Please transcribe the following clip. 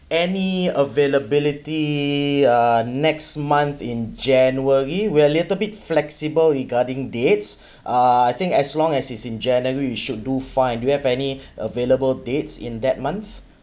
any availability uh next month in january we're little bit flexible regarding dates uh I think as long as is in january we should do fine do you have any available dates in that month